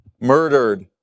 murdered